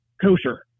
kosher